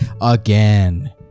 again